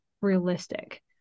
realistic